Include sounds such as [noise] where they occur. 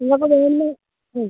നിങ്ങൾക്ക് [unintelligible] ഉം